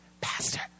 pastor